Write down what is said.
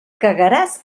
cagaràs